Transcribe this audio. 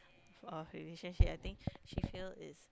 of relationship I think she feel it's